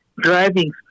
driving